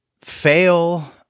fail